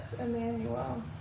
Emmanuel